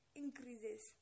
increases